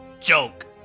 joke